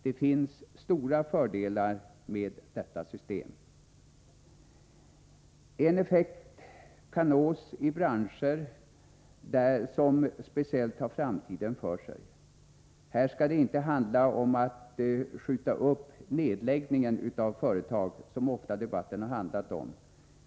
Det finns stora fördelar med detta system. En effekt kan nås i branscher som har framtiden för sig. Här är det inte fråga om att skjuta upp nedläggningen av företag, som debatten ofta har handlat om.